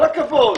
אני חושב